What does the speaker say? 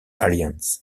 alliance